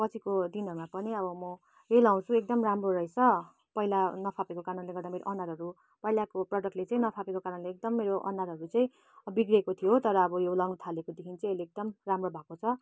पछिको दिनहरूमा पनि अब म यही लगाउछु एकदम राम्रो रहेछ पहिला नफापेको कारणले गर्दा मेरो अनुहारहरू पहिलाको प्रडक्टले चाहिँ नफापेको कारणले एकदम मेरो अनुहारहरू चाहिँ बिग्रेको थियो तर अब यो लगाउन थालेपछि चाहिँ एकदम राम्रो भएको छ